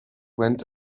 went